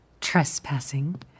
Trespassing